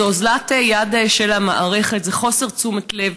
זו אוזלת יד של המערכת, זה חוסר תשומת לב.